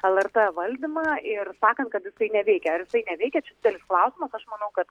lrt valdymą ir sakant kad jisai neveikia ar jisai neveikia čia didelis klausimas aš manau kad